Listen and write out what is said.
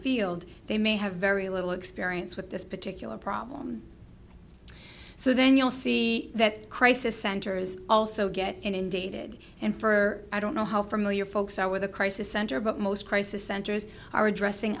field they may have very little experience with this particular problem so then you'll see that crisis centers also get inundated and for i don't know how familiar folks are with a crisis center but most crisis centers are addressing